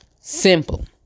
simple